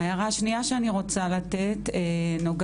ההערה השנייה שאני רוצה להעיר נוגעת